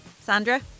Sandra